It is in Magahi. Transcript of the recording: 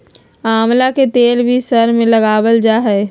आमला के तेल भी सर में लगावल जा हई